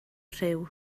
rhyw